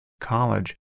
college